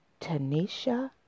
Tanisha